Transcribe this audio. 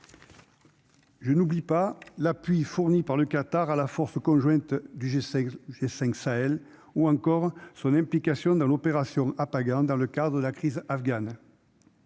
Je n'oublie pas l'appui fourni par le Qatar à la force conjointe du G7 G5 Sahel ou encore son implication dans l'opération Apagan dans le quart de la crise afghane